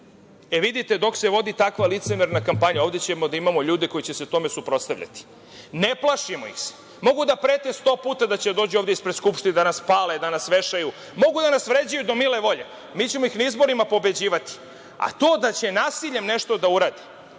volji. Vidite, dok se vodi takva licemerna kampanja, ovde ćemo da imamo ljude koji će se tome suprotstavljati. Ne plašimo ih se. Mogu da prete sto puta da će da dođu ovde ispred Skupštine da nas spale, da nas vešaju, mogu da nas vređaju do mile volje, mi ćemo ih na izborima pobeđivati. A to da će nasiljem nešto da urade,